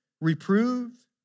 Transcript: Reprove